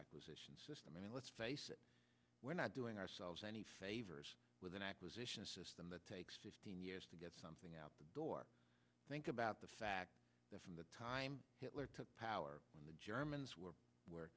acquisition system and let's face it we're not doing ourselves any favors with an acquisition system that takes fifteen years to get something out the door think about the fact that from the time hitler took power the germans were